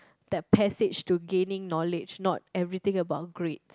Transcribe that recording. that passage to gaining knowledge not everything about grades